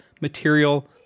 material